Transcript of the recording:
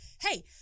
hey